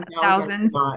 thousands